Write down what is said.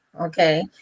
Okay